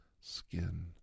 skin